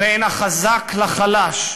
בין החזק לחלש,